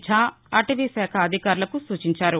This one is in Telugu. ఝా అటవీ శాఖ అధికారులకు సూచించారు